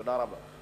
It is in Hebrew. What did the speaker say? תודה רבה.